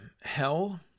hell